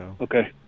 Okay